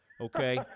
okay